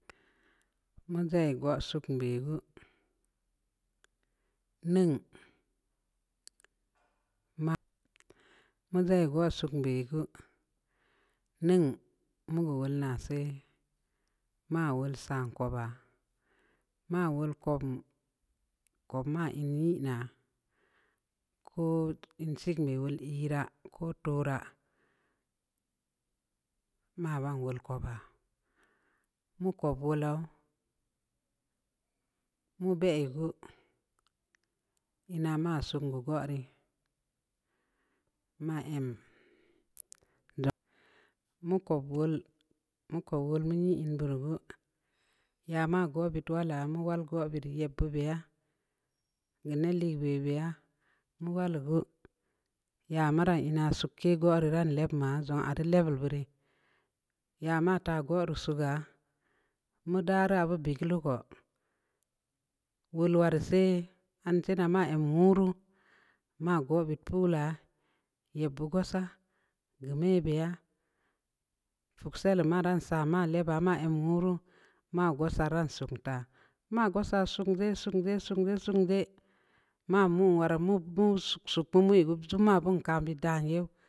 Mun ndzai gwa suk bə gue nān ma mun ndzai gwa suk bə gue nən mu wul na'a sa'ay ma wul san ku ba'a ma wal kunnn kun ma ii nii na'a ku iin sik mə wo ii ra ko tora ma wan wull kūuba muku vulau mubə gue ii na ma sungue gwari ma mmm maku wulmukwal məri ān vurgue ya ma go bə tawala mu wal go bərə yā bubə ya'a gan na lii bəbə ya u gwa lu gue ya mara ii na ya sūkāa gwa rann ləma ndzun a ru lə worwurə ya mata goro suga mudara wu bə gal ləuku wuluwaro sa'ay antinama an wuro ma gobə pu lə ya bugu sa'a geu mə bəya fucsəy lu maran ba ma lə ba ma um wuru ma gob saran sunnta ma goo sa sungi-sungi-sungi-sungil, ma mu warra mu-mu suko mə bə dan yə.